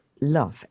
love